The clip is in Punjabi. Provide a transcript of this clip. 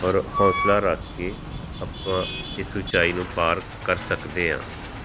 ਔਰ ਹੌਂਸਲਾ ਰੱਖ ਕੇ ਆਪਾਂ ਇਸ ਉੱਚਾਈ ਨੂੰ ਪਾਰ ਕਰ ਸਕਦੇ ਹਾਂ